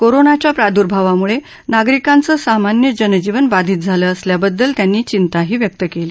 कोरोनाच्या प्रादुर्भावामुळजिगरिकांचं सामान्य जनजीवन बाधित झालं असल्याबद्दल त्यांनी थिंताही व्यक्त कळी